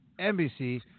NBC